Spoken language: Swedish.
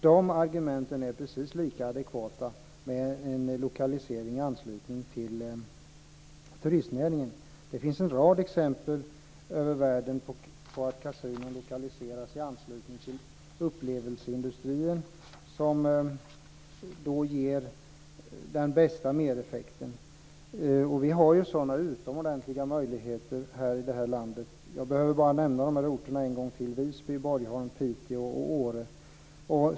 De argumenten är precis lika adekvata med en lokalisering i anslutning till turistnäringen. Det finns en rad exempel världen över på att kasinon lokaliseras i anslutning till upplevelseindustrier. Det ger den bästa mereffekten. Vi har sådana utomordentliga möjligheter i det här landet. Jag behöver bara nämna de här orterna en gång till: Visby, Borgholm, Piteå och Åre.